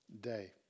day